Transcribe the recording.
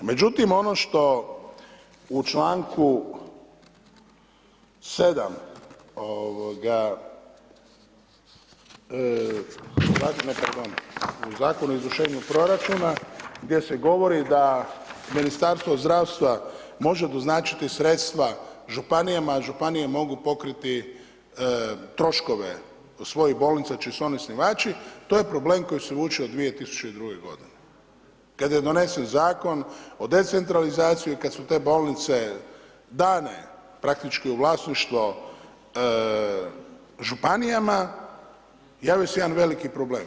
Međutim ono što u članku 7. ne pardon, u Zakonu o izvršenju proračuna gdje se govori da Ministarstvo zdravstva može doznačiti sredstva županijama a županije mogu pokriti troškove svojih bolnica čiji su one osnivači, to je problem koji vuče od 2002. g. Kada je donesen Zakon o decentralizaciji i kad su te bolnice dane praktički u vlasništvo županijama, javio se jedan veliki problem.